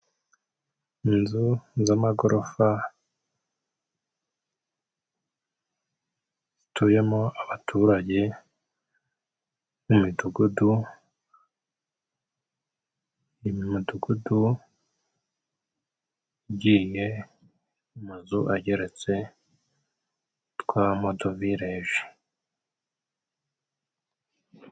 Inzu z'amagorofa zituyemo abaturage mu midugudu, iri mu mudugudu igiye amazu ageretse yitwa modovileji.